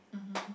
mmhmm